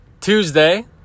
Tuesday